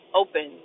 open